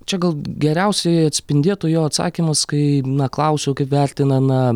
čia gal geriausiai atspindėtų jo atsakymus kai na klausiau kaip vertina na